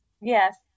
Yes